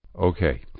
Okay